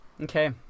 okay